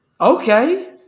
Okay